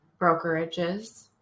brokerages